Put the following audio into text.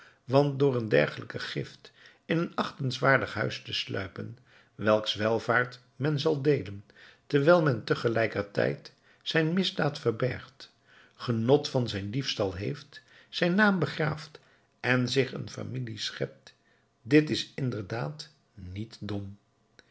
want door een dergelijke gift in een achtenswaardig huis te sluipen welks welvaart men zal deelen terwijl men tegelijkertijd zijn misdaad verbergt genot van zijn diefstal heeft zijn naam begraaft en zich een familie schept dit is inderdaad niet dom